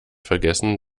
vergessen